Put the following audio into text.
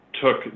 took